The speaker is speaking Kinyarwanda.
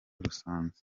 rusange